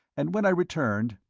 and when i returned